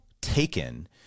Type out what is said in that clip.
taken